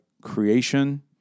creation